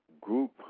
group